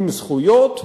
עם זכויות.